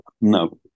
no